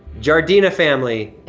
giardina family.